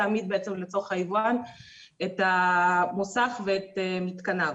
יעמיד בעצם לצורך היבואן את המוסך ואת מתקניו.